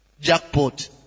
jackpot